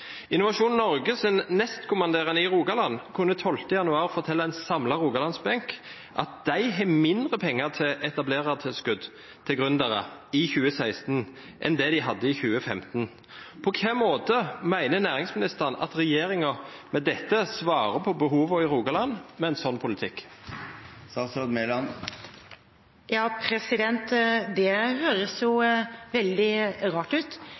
nestkommanderende i Rogaland kunne den 12. januar fortelle en samlet rogalandsbenk at de har mindre penger til etablerertilskudd til gründere i 2016 enn det de hadde i 2015. På hvilken måte mener næringsministeren at regjeringen med dette svarer på behovene i Rogaland, med en sånn politikk? Det høres veldig rart ut, i og med at regjeringen jo